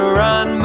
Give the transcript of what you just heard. run